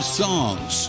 songs